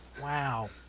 Wow